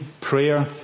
prayer